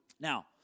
Now